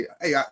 Hey